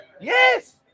yes